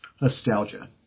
nostalgia